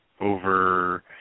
over